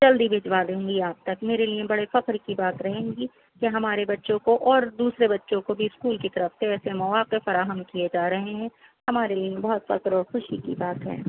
جلدی بھجوا دوں گی آپ تک میرے لیے بڑے فخر کی بات رہیں گی کہ ہمارے بچوں کو اور دوسرے بچوں کو بھی اسکول کی طرف سے ایسے مواقع فراہم کیے جا رہے ہیں ہمارے لیے بہت فخر اور خوشی کی بات ہے